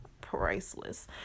priceless